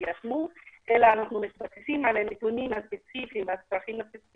אלא אנחנו מתייחסים לנתונים הספציפיים והצרכים של